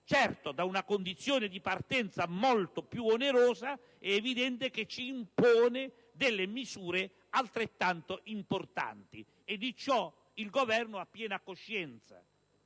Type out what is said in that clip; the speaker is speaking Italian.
conto di una condizione di partenza molto più onerosa, è evidente che ciò impone misure altrettanto importanti, cosa di cui il Governo ha piena coscienza.